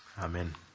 Amen